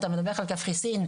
אתה מדבר על קפריסין,